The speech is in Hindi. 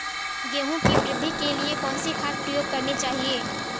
गेहूँ की वृद्धि के लिए कौनसी खाद प्रयोग करनी चाहिए?